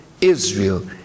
Israel